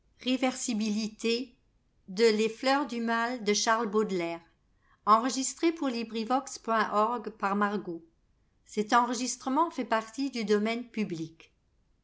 les fleurs du mal ne